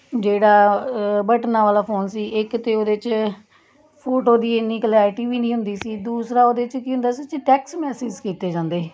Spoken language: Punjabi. ਜਿਹੜਾ ਬਟਨਾਂ ਵਾਲਾ ਫੋਨ ਸੀ ਇੱਕ ਤਾਂ ਉਹਦੇ 'ਚ ਫੋਟੋ ਦੀ ਇੰਨੀ ਕਲੈਰਟੀ ਵੀ ਨਹੀਂ ਹੁੰਦੀ ਸੀ ਦੂਸਰਾ ਉਹਦੇ 'ਚ ਕੀ ਹੁੰਦਾ ਸੀ ਉਹ 'ਚ ਟੈਕਸ ਮੈਸੇਜ ਕੀਤੇ ਜਾਂਦੇ ਸੀ